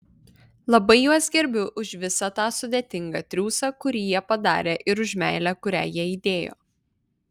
labai juos gerbiu už visą tą sudėtingą triūsą kurį jie padarė ir už meilę kurią jie įdėjo